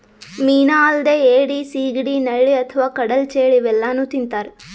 ಮೀನಾ ಅಲ್ದೆ ಏಡಿ, ಸಿಗಡಿ, ನಳ್ಳಿ ಅಥವಾ ಕಡಲ್ ಚೇಳ್ ಇವೆಲ್ಲಾನೂ ತಿಂತಾರ್